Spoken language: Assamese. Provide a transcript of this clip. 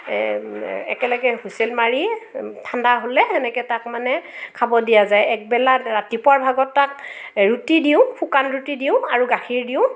একেলগে হোছেল মাৰি ঠাণ্ডা হ'লে সেনেকে তাক মানে খাব দিয়া যায় এগবেলা ৰাতিপুৱাৰ ভাগত তাক ৰুটি দিওঁ শুকান ৰুটি দিওঁ আৰু গাখীৰ দিওঁ